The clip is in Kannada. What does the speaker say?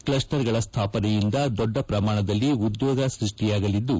ಕ್ಲಸ್ಟರ್ಗಳ ಸ್ಮಾಪನೆಯಿಂದ ದೊಡ್ಡ ಪ್ರಮಾಣದಲ್ಲಿ ಉದ್ಯೋಗ ಸೃಷ್ಟಿಯಾಗಲಿದ್ದು